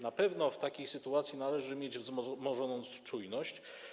Na pewno w takiej sytuacji należy mieć wzmożoną czujność.